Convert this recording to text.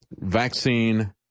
vaccine